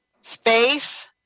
space